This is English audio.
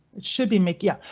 it should be make, yeah,